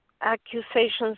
accusations